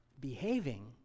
behaving